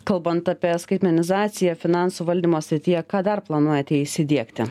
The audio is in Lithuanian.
kalbant apie skaitmenizaciją finansų valdymo srityje ką dar planuojate įsidiegti